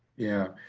yeah.